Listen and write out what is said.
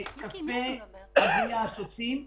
כל יום את מספר הזכאים שטרם קיבלו את